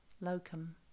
Locum